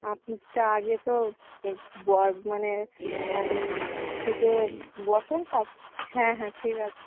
আপনিটা আগে তো ব মানে সীটে বসুন তার হ্যাঁ হ্যাঁ ঠিক আছে